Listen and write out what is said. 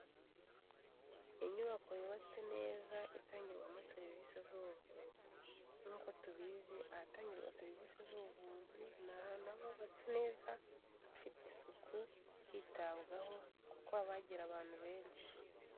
Inyubako yubatse neza itangirwamo serivise z'ubuvuzi, nk'uko tub izi ahatangirwa serivise z'ubuvuzi ni ahantu haba hubatse neza, hafite isuku hitabwaho kuko haba hagera abantu benshi.